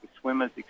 swimmers